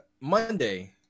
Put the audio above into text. Monday